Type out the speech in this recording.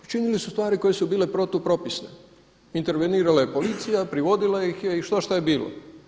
Učinili su stvari koje su bile protupropisne, intervenirala je policija, privodila ih je i štošta je bilo.